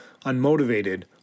unmotivated